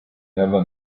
never